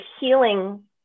healing